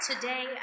today